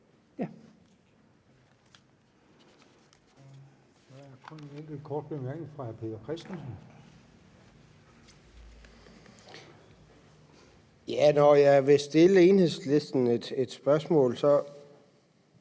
(V): Når jeg vil stille Enhedslisten et spørgsmål, er